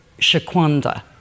Shaquanda